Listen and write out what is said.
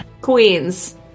queens